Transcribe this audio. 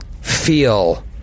Feel